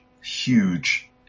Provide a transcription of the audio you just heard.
huge